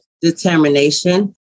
determination